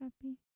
happy